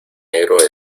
negro